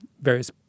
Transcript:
various